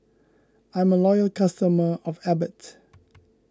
I'm a loyal customer of Abbott